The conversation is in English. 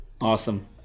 awesome